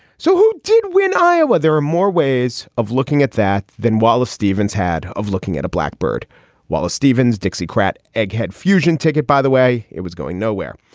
so who did win iowa? there are more ways of looking at that than wallace stevens had of looking at a blackbird while stevens dixiecrat egghead fusion ticket. by the way, it was going nowhere.